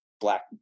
black